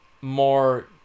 more